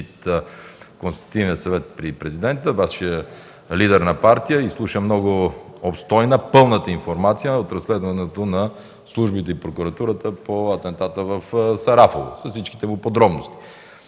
Консултативния съвет при президента, Вашият лидер на партия изслуша много обстойната, пълна информация от разследването на службите и прокуратурата по атентата в Сарафово, с всичките й подробности.